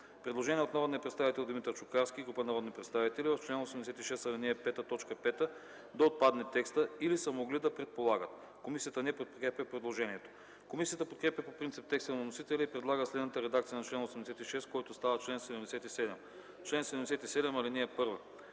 Предложение на народния представител Димитър Чукарски и група народни представители: В чл. 86, ал. 5, т. 5 да отпадне текстът: „или са могли да предполагат”. Комисията не подкрепя предложението. Комисията подкрепя по принцип текста на вносителя и предлага следната редакция на чл. 86, който става чл. 77: „Чл. 77. (1)